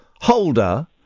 holder